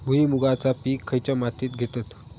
भुईमुगाचा पीक खयच्या मातीत घेतत?